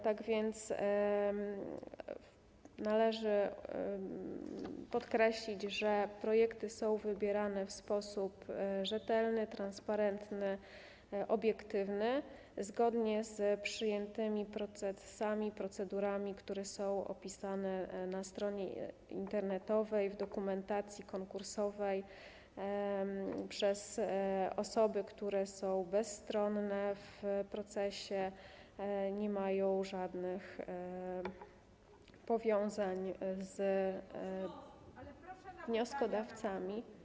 Tak więc należy podkreślić, że projekty są wybierane w sposób rzetelny, transparentny, obiektywny, zgodnie z przyjętymi procedurami, które są opisane na stronie internetowej, w dokumentacji konkursowej przez osoby, które są bezstronne w procesie, nie mają żadnych powiązań z wnioskodawcami.